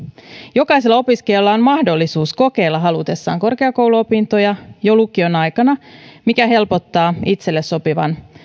jokaisella opiskelijalla on mahdollisuus kokeilla halutessaan korkeakouluopintoja jo lukion aikana mikä helpottaa itselle sopivan